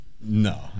no